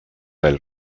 del